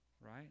right